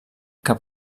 que